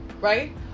right